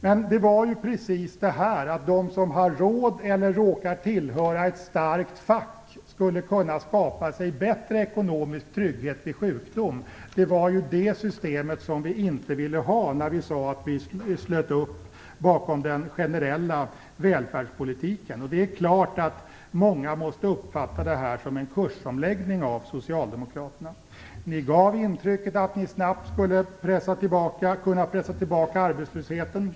Det var precis det systemet vi inte ville ha, att de som har råd eller råkar tillhöra en stark fackförening skulle kunna skapa sig en bättre ekonomisk trygghet vid sjukdom, när vi slöt upp bakom den generella välfärdspolitiken. Det är klart att många måste uppfatta detta som en kursomläggning av Socialdemokraterna. Ni gav intrycket att ni snabbt skulle kunna pressa tillbaka arbetslösheten.